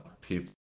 people